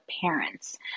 parents